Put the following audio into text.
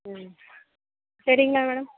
சரிங்களா மேடம்